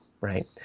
right